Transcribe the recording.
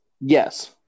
Yes